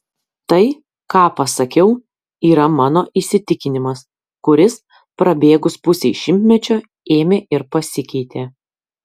tai ką pasakiau yra mano įsitikinimas kuris prabėgus pusei šimtmečio ėmė ir pasikeitė